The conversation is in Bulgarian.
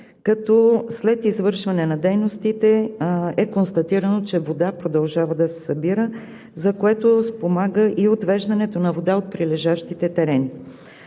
като след извършване на дейностите е констатирано, че продължава да се събира вода, за което спомага и отвеждането на вода от прилежащите терени.